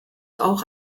auch